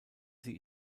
sie